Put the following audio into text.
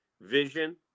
vision